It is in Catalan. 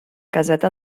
caseta